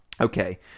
Okay